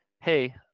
Hey